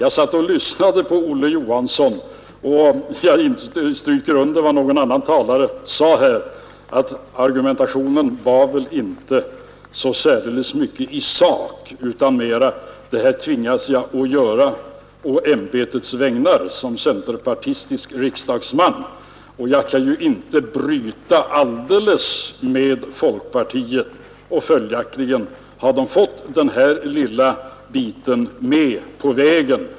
Jag satt och lyssnade på Olle Johansson, och jag stryker under vad en annan talare sade här, att argumentationen var väl inte så särdeles stark i sak utan mera av den här typen: ”Detta tvingas jag att göra å ämbetets vägnar, som centerpartistisk riksdagsman. Jag kan ju inte bryta helt med folkpartiet, och följaktligen får man då den här lilla biten med på vägen.